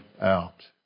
out